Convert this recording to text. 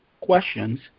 questions